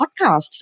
podcasts